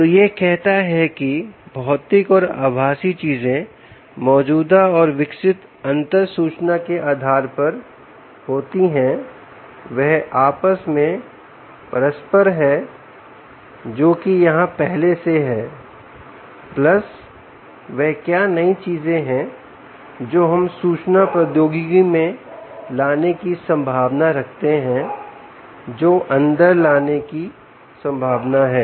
तो यह कहता है कि भौतिक और आभासी चीजें मौजूदा और विकसित अंतर सूचना के आधार पर होती हैं वह आपस में परस्पर हैं जो कि यहां पहले से हैं प्लस वह क्या नई चीजें हैं जो हम सूचना प्रौद्योगिकी में लाने की संभावना रखते हैं जो अंदर लाने की संभावना है